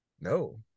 No